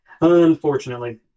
Unfortunately